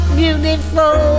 beautiful